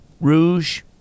Rouge